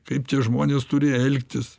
kaip tie žmonės turi elgtis